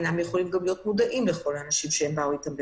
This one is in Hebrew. הוא גם לא יכול להיות מודע לכל מי שבא איתו במגע.